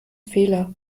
fehler